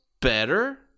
better